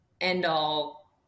end-all